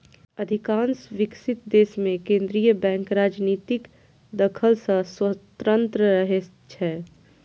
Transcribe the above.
अधिकांश विकसित देश मे केंद्रीय बैंक राजनीतिक दखल सं स्वतंत्र रहै छै